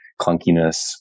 clunkiness